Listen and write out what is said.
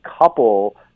couple